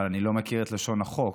אבל אני לא מכיר את לשון החוק,